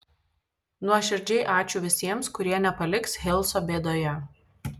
nuoširdžiai ačiū visiems kurie nepaliks hilso bėdoje